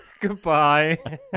Goodbye